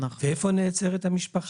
ואיפה נעצרת המשפחה?